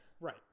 Right